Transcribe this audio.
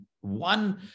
one